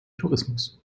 tourismus